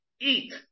eat